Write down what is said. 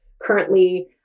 Currently